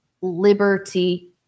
liberty